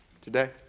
Today